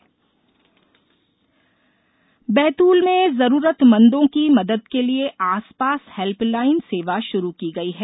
आसपास बैतूल में जरूरतमंदों की मदद के लिए आसपास हेल्पलाइन सेवा शुरू की गई है